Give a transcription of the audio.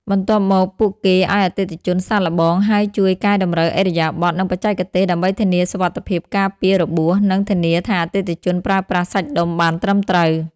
បន្ទាប់មក ពួកគេឱ្យអតិថិជនសាកល្បង ហើយជួយកែតម្រូវឥរិយាបថ និងបច្ចេកទេស ដើម្បីធានាសុវត្ថិភាព ការពាររបួស និងធានាថាអតិថិជនប្រើប្រាស់សាច់ដុំបានត្រឹមត្រូវ។